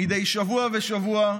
מדי שבוע ושבוע,